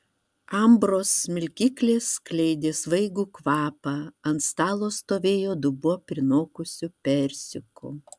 ambros smilkyklės skleidė svaigų kvapą ant stalo stovėjo dubuo prinokusių persikų